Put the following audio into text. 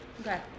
okay